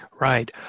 Right